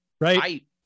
Right